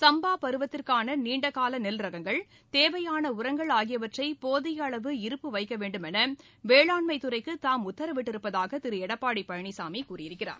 சம்பா பருவத்திற்கான நீண்டகால நெல் ரகங்கள் தேவையான உரங்கள் ஆகியவற்றை போதிய அளவு இருப்பு வைக்கவேண்டுமென வேளாண்மை துறைக்கு தாம் உத்தரவிட்டிருப்பதாக திரு எடப்பாடி பழனிசாமி கூறியிருக்கிறார்